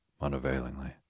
unavailingly